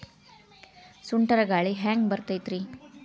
ಸುಂಟರ್ ಗಾಳಿ ಹ್ಯಾಂಗ್ ಬರ್ತೈತ್ರಿ?